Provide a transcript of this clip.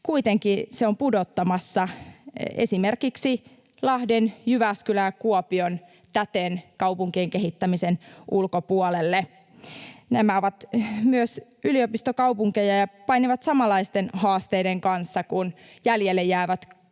Kuitenkin se on pudottamassa esimerkiksi Lahden, Jyväskylän ja Kuopion täten kaupunkien kehittämisen ulkopuolelle. Nämä ovat myös yliopistokaupunkeja ja painivat samanlaisten haasteiden kanssa kuin jäljelle jäävät